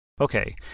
Okay